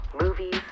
movies